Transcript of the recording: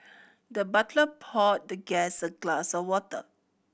the butler poured the guest a glass of water